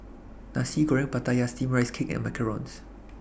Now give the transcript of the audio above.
Nasi Goreng Pattaya Steamed Rice Cake and Macarons